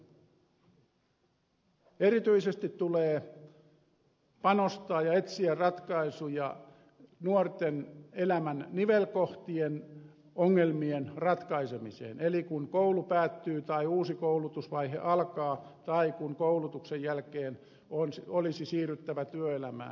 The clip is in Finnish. erityisesti tulee panostaa ja etsiä ratkaisuja nuorten elämän nivelkohtien ongelmien ratkaisemiseen eli kun koulu päättyy tai uusi koulutusvaihe alkaa tai kun koulutuksen jälkeen olisi siirryttävä työelämään